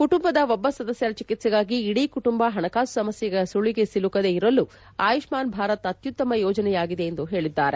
ಕುಟುಂಬದ ಒಬ್ಬ ಸದಸ್ದರ ಚಿಕಿತ್ಸೆಗಾಗಿ ಇಡೀ ಕುಟುಂಬ ಹಣಕಾಸು ಸಮಸ್ಟೆಯ ಸುಳಿಗೆ ಸಿಲುಕದೆ ಇರಲು ಆಯುಷ್ಲಾನ್ ಭಾರತ್ ಅತ್ತುತ್ತಮ ಯೋಜನೆಯಾಗಿದೆ ಎಂದು ಹೇಳಿದ್ದಾರೆ